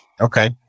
Okay